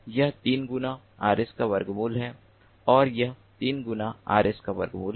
यह 3 गुना Rs का वर्गमूल है और यह 3 गुना Rs का वर्गमूल है